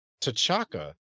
Tachaka